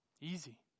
easy